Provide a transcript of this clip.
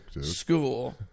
school